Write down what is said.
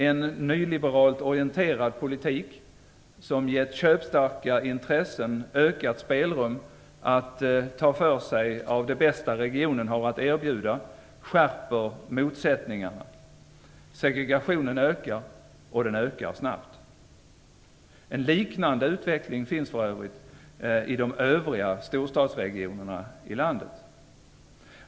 En nyliberalt orienterad politik som gett köpstarka intressen ökat spelrum att ta för sig av det bästa regionen har att erbjuda skärper motsättningarna. Segregationen ökar snabbt. En liknande utveckling finns för övrigt i de övriga storstadsregionerna i landet.